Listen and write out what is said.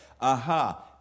Aha